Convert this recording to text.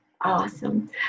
Awesome